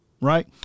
Right